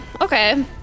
okay